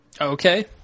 Okay